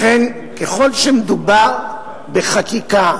לכן, ככל שמדובר בחקיקה,